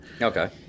Okay